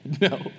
no